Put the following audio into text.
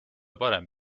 parem